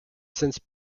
since